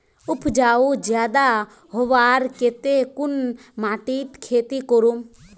उपजाऊ ज्यादा होबार केते कुन माटित खेती करूम?